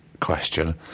question